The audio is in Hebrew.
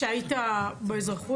כשהיית באזרחות?